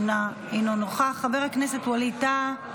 אינו נוכח, חבר הכנסת ווליד טאהא,